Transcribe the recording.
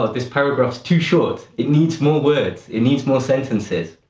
ah this paragraph is too short. it needs more words, it needs more sentences.